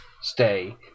stay